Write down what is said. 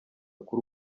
kuri